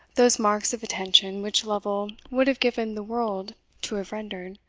those marks of attention which lovel would have given the world to have rendered,